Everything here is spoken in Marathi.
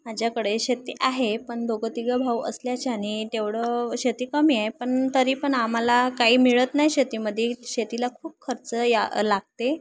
माझ्याकडे शेती आहे पण दोघं तिघं भाऊ असल्याच्याने तेवढं शेती कमी आहे पण तरी पण आम्हाला काही मिळत नाही शेतीमध्ये शेतीला खूप खर्च या लागते